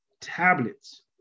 tablets